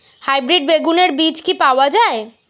Hybrid বেগুনের বীজ কি পাওয়া য়ায়?